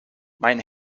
mein